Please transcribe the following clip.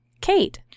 Kate